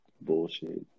Bullshit